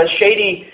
shady